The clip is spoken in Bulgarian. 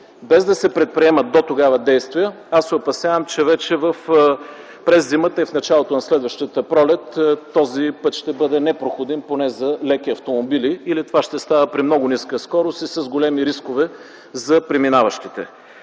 без да се предприемат действия дотогава, аз се опасявам, че през зимата и в началото на следващата пролет този път ще бъде непроходим, поне за леки автомобили, или това ще става при много ниска скорост с големи рискове за преминаващите.